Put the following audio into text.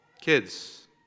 Kids